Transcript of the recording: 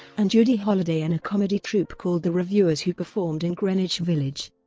and judy holliday in a comedy troupe called the revuers who performed in greenwich village.